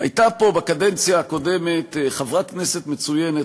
הייתה פה בקדנציה הקודמת חברת כנסת מצוינת,